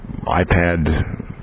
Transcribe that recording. iPad